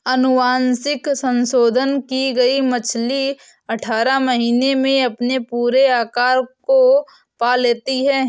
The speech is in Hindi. अनुवांशिक संशोधन की गई मछली अठारह महीने में अपने पूरे आकार को पा लेती है